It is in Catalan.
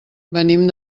venim